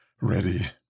ready